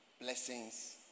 blessings